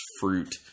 fruit